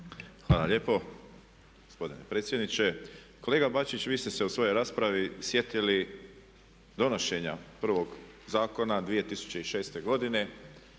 Hvala lijepo gospodine predsjedniče. Kolega Bačić, vi ste se u svojoj raspravi sjetili donošenja prvog zakona 2006.godine,